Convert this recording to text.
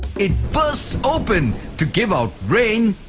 it bursts open to give out rain,